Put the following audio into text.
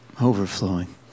overflowing